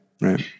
right